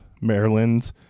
Maryland